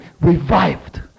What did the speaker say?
revived